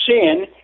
sin